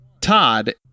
Todd